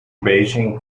beijing